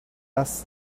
asked